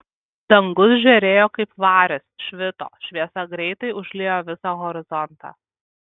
dangus žėrėjo kaip varis švito šviesa greitai užliejo visą horizontą